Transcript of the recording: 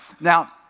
Now